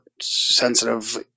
sensitive